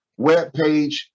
webpage